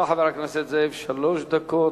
לרשותך, חבר הכנסת זאב, שלוש דקות.